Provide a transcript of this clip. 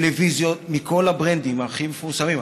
טלוויזיות מכל הברנדים הכי מפורסמים,